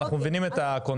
כי אנחנו מבינים את הקונספט.